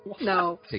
No